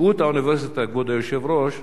נשיאות האוניברסיטה, כבוד היושב-ראש,